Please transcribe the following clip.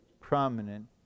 prominent